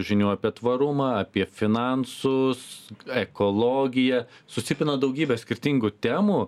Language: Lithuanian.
žinių apie tvarumą apie finansus ekologiją susipina daugybė skirtingų temų